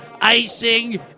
icing